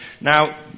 Now